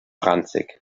ranzig